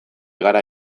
gara